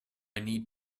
need